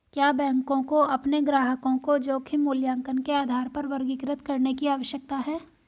क्या बैंकों को अपने ग्राहकों को जोखिम मूल्यांकन के आधार पर वर्गीकृत करने की आवश्यकता है?